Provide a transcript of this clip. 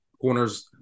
Corners